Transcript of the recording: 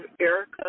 Erica